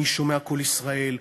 אני שומע "קול ישראל",